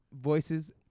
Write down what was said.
voices